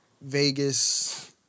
Vegas